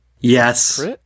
Yes